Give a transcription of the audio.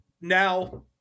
Now